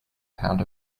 pound